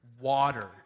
water